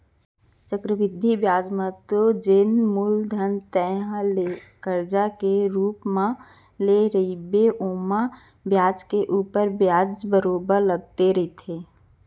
चक्रबृद्धि बियाज म तो जेन मूलधन तेंहा करजा के रुप म लेय रहिबे ओमा बियाज के ऊपर बियाज बरोबर लगते रहिथे